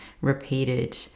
repeated